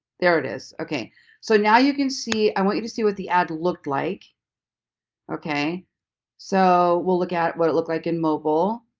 there it is okay so now you can see i want you to see what the ad looked like okay so we'll look at what it looked like in mobile